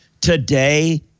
Today